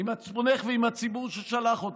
עם מצפונך ועם הציבור ששלח אותך,